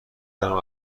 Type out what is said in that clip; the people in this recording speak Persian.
دارم